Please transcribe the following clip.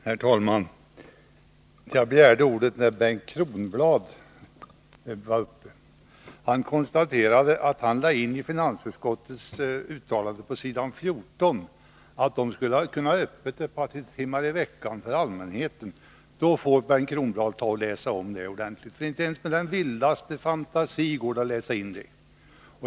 Herr talman! Jag begärde ordet med anledning av Bengt Kronblads inlägg. Han konstaterade att han lade in i finansutskottets uttalande på s. 14 att kassakontoren skulle kunna ha öppet ett par timmar i veckan för allmänheten. Då får Bengt Kronblad läsa om det stycket ordentligt. Inte ens med den vildaste fantasi går det att läsa in detta.